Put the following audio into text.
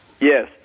Yes